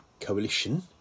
coalition